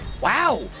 wow